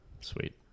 Sweet